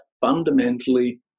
fundamentally